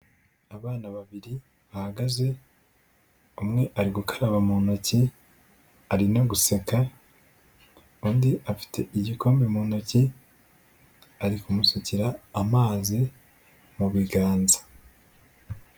Abana babiri bahagaze, umwe ari gukaraba mu ntoki ari no guseka, undi afite igikombe mu ntoki ari kumusukira amazi mu biganza.